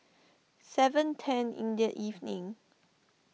seven ten in the evening